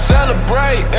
Celebrate